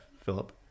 Philip